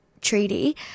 treaty